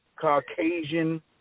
Caucasian